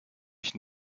ich